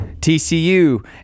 TCU